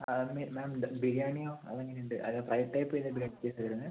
അത് മാം ബിരിയാണിയോ അതെങ്ങനെ ഉണ്ട് അതോ ഫ്രൈ ടൈപ്പ് ചെയ്ത വെഡ്ജസ് വരുന്നത്